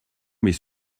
mes